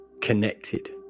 connected